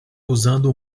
usando